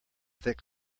thick